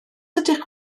ydych